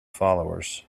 followers